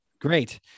great